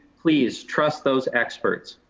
please trust those experts.